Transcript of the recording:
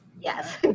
yes